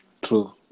True